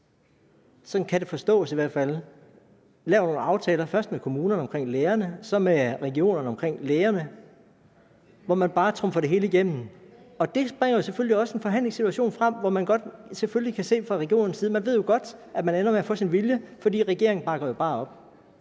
sådan kan det forstås i hvert fald – laver nogle aftaler, først med kommunerne om lærerne, så med regionerne om lægerne, hvor man bare trumfer det hele igennem. Og det bringer selvfølgelig også en forhandlingssituation frem, hvor man fra regionernes side jo godt kan se og godt ved, at man ender med at få sin vilje, for regeringen bakker jo bare op.